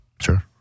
Sure